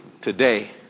today